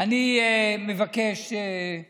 אני מבקש, טוב,